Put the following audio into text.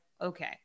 Okay